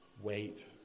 Wait